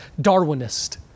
Darwinist